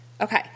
Okay